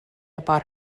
about